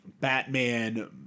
Batman